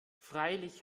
freilich